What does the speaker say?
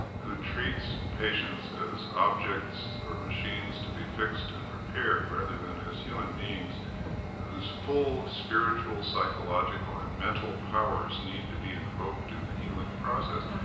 who treats patients as objects or machines to be fixed and repaired rather than as human beings whose full spiritual, psychological, and mental powers need to be invoked in the healing process,